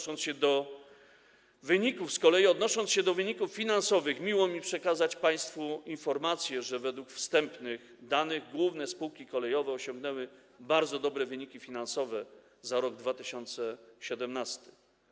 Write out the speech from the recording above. Z kolei odnosząc się do wyników finansowych, miło mi przekazać państwu informację, że według wstępnych danych główne spółki kolejowe osiągnęły bardzo dobre wyniki finansowe za rok 2017.